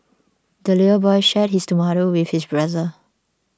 the little boy shared his tomato with his brother